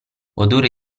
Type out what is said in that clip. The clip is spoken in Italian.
odore